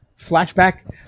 flashback